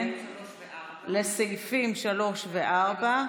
סעיפים 3 ו-4.